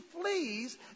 flees